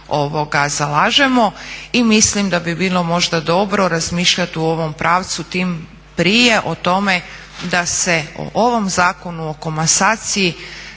zalažemo. I mislim da bi bilo možda dobro razmišljat u ovom pravcu tim prije o tome da se o ovom Zakonu o komasaciji